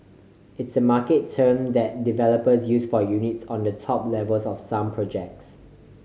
it's a market term that developer use for units on the top levels of some projects